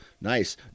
Nice